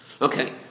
Okay